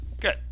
Good